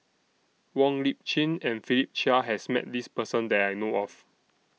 Wong Lip Chin and Philip Chia has Met This Person that I know of